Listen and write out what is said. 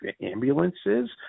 ambulances